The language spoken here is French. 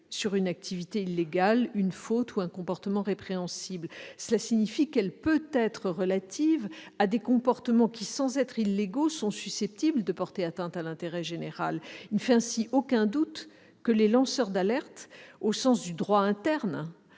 sur une activité illégale, une faute ou un comportement répréhensible. Cela signifie qu'elle peut être relative à des comportements qui, sans être illégaux, sont susceptibles de porter atteinte à l'intérêt général. Il ne fait ainsi aucun doute que les lanceurs d'alerte, au sens du droit interne,